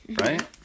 right